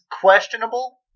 questionable